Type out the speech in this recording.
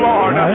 Lord